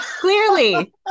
Clearly